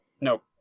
Nope